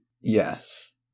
Yes